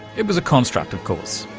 it was a construct of course,